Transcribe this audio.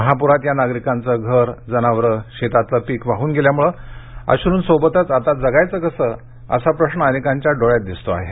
महाप्रात या नागरिकांचं घर जनावरं आणि शेतातलं पीक वाहून गेल्यामुळे अश्रूंसोबतच आता जगायचं कसं असा प्रश्न अनेकांच्या डोळ्यांत दिसतो आहे